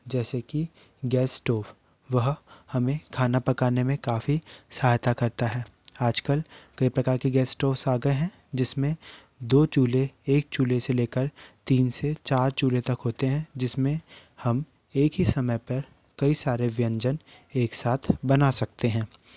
जैसे कि gas stove वह हमें खाना पकाने में काफ़ी सहायता करता है आज कल कई प्रकार के गैस स्टोवस आ गए हैं जिसमें दो चूल्हे एक चूल्हे से लेकर तीन से चार चूल्हे तक होते हैं जिसमें हम एक ही समय पर कई सारे व्यंजन एक साथ बना सकते हैं